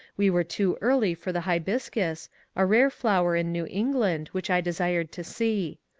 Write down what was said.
we were too early for the hibiscus a rare flower in new england, which i desired to see.